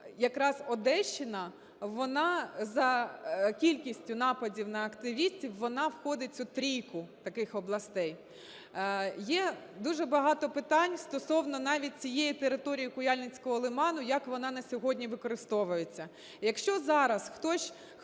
якраз Одещина, вона за кількістю нападів на активістів, вона входить в цю трійку таких областей. Є дуже багато питань стосовно навіть цієї території Куяльницького лиману, як вона на сьогодні використовується. Якщо зараз хтось